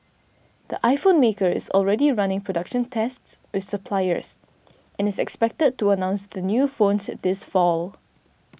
the iPhone maker is already running production tests with suppliers and is expected to announce the new phones at this fall